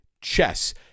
chess